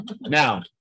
Now